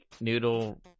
noodle